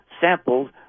sampled